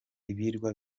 ibirwa